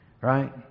Right